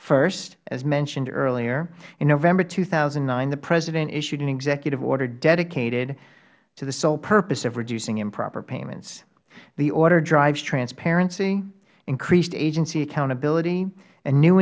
first as mentioned earlier in november two thousand and nine the president issued an executive order dedicated to the sole purpose of reducing improper payments the order drives transparency increased agency accountability and new